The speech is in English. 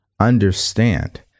understand